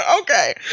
Okay